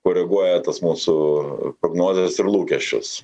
koreguoja tas mūsų prognozes ir lūkesčius